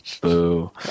boo